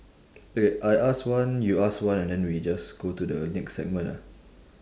eh wait I ask one you ask one and then we just go to the next segment ah